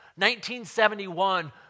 1971